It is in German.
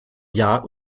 jahr